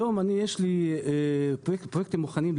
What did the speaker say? היום יש לי 42 פרויקטים מוכנים,